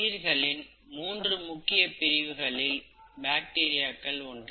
உயிர்களின் மூன்று முக்கிய பிரிவுகளில் பாக்டீரியாக்கள் ஒன்று